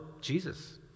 Jesus